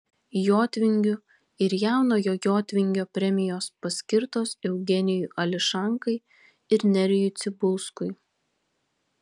jotvingių ir jaunojo jotvingio premijos paskirtos eugenijui ališankai ir nerijui cibulskui